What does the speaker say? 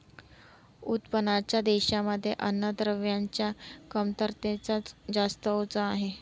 उत्पन्नाच्या देशांमध्ये अन्नद्रव्यांच्या कमतरतेच जास्त ओझ आहे